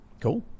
Cool